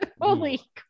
Holy